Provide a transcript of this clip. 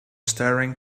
staring